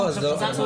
הוא לא קשור